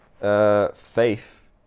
faith